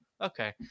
Okay